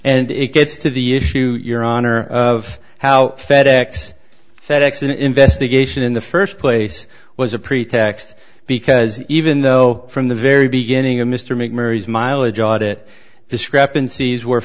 it gets to the issue your honor of how fed ex fed ex an investigation in the first place was a pretext because even though from the very beginning of mr meek mary's mileage audit discrepancies were